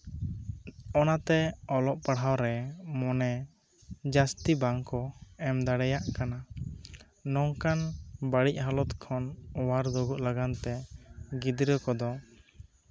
ᱚᱱᱟᱛᱮ ᱚᱞᱚᱜ ᱯᱟᱲᱦᱟᱣ ᱨᱮ ᱢᱚᱱᱮ ᱡᱟ ᱥᱛᱤ ᱵᱟᱝᱠᱚ ᱮᱢ ᱫᱟᱲᱮᱭᱟᱜ ᱠᱟᱱᱟ ᱱᱚᱝᱠᱟᱱ ᱵᱟ ᱲᱤᱡ ᱦᱟᱞᱚᱛ ᱠᱷᱚᱱ ᱚᱣᱟᱨ ᱫᱩᱜᱩᱜ ᱞᱟᱜᱟᱱ ᱛᱮ ᱜᱤᱫᱽᱨᱟᱹ ᱠᱚᱫᱚ